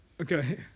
Okay